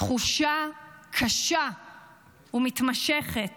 תחושה קשה ומתמשכת